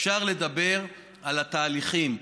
אפשר לדבר על התהליכים,